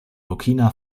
burkina